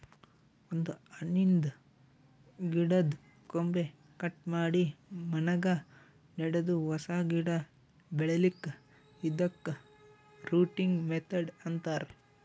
ಒಂದ್ ಹಣ್ಣಿನ್ದ್ ಗಿಡದ್ದ್ ಕೊಂಬೆ ಕಟ್ ಮಾಡಿ ಮಣ್ಣಾಗ ನೆಡದು ಹೊಸ ಗಿಡ ಬೆಳಿಲಿಕ್ಕ್ ಇದಕ್ಕ್ ರೂಟಿಂಗ್ ಮೆಥಡ್ ಅಂತಾರ್